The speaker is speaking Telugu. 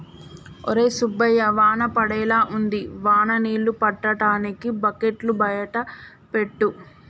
ఒరై సుబ్బయ్య వాన పడేలా ఉంది వాన నీళ్ళు పట్టటానికి బకెట్లు బయట పెట్టు